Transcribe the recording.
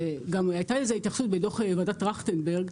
הייתה לזה גם התייחסות בדוח ועדת טרכטנברג,